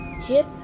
Hip